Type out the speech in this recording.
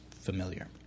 familiar